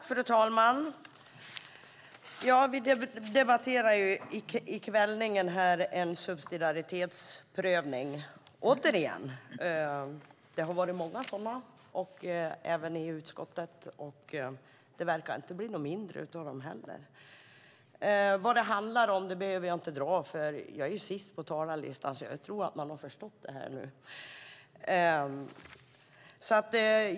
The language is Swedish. Fru talman! Vi debatterar här i kvällningen återigen en subsidiaritetsprövning. Det har varit många sådana, även i utskottet, och de verkar inte bli färre. Vad det handlar om behöver jag inte dra eftersom jag är sist på talarlistan. Jag tror att man har förstått det här nu.